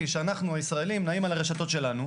שאנחנו הישראלים נעים על הרשתות שלנו,